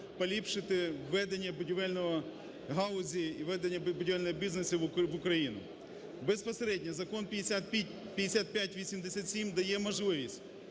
поліпшити ведення будівельної галузі і ведення будівельного бізнесу в Україні. Безпосередньо Закон 5587 дає можливість